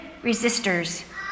resistors